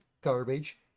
garbage